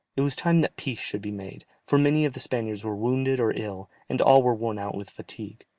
it was time that peace should be made, for many of the spaniards were wounded or ill, and all were worn out with fatigue,